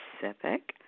Pacific